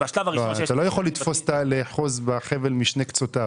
אתה לא יכול לאחוז בחבל בשני קצותיו.